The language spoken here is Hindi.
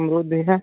अमरुद भी है